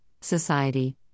society